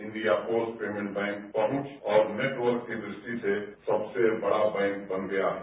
Indian post payment bank पहुंच और network की दृष्टि से सबसे बड़ा बैंक वन गया है